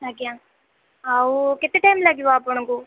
ଆଜ୍ଞା ଆଉ କେତେ ଟାଇମ୍ ଲାଗିବ ଆପଣଙ୍କୁ